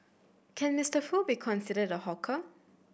can Mister Foo be considered a hawker